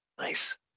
Nice